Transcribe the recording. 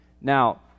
Now